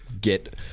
get